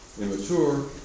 immature